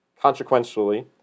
Consequentially